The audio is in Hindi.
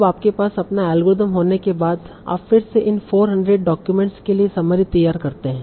अब आपके पास अपना अल्गोरिथम होने के बाद आप फिर से इन 400 डाक्यूमेंट्स के लिए समरी तैयार करते हैं